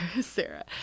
Sarah